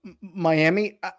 Miami